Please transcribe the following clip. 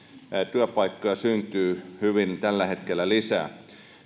työpaikkoja syntyy hyvin tällä hetkellä lisää